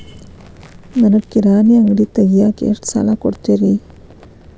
ನನಗ ಕಿರಾಣಿ ಅಂಗಡಿ ತಗಿಯಾಕ್ ಎಷ್ಟ ಸಾಲ ಕೊಡ್ತೇರಿ?